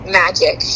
magic